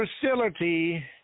facility